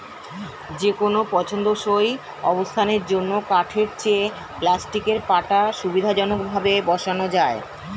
যেকোনো পছন্দসই অবস্থানের জন্য কাঠের চেয়ে প্লাস্টিকের পাটা সুবিধাজনকভাবে বসানো যায়